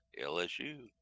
LSU